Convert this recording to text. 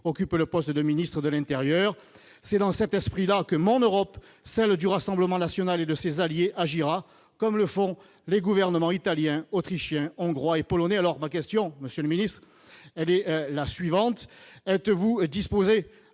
occupe le poste de ministre de l'intérieur. C'est dans cet esprit-là que mon Europe, celle du Rassemblement national et de ses alliés, agira, comme le font les gouvernements italien, autrichien, hongrois et polonais. Ma question est la suivante, monsieur le ministre : êtes-vous disposé à